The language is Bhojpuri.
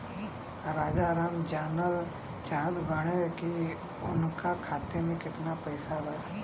राजाराम जानल चाहत बड़े की उनका खाता में कितना पैसा बा?